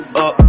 up